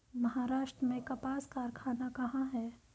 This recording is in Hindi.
महाराष्ट्र में कपास कारख़ाना कहाँ है?